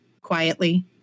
quietly